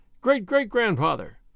Great-great-grandfather